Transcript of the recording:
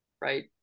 right